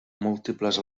múltiples